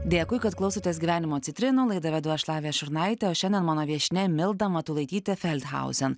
dėkui kad klausotės gyvenimo citrinų laidą vedu aš lavija šurnaitė o šiandien mano viešnia milda matulaitytė feldhausen